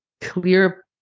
clear